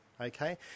okay